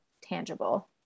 tangible